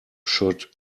should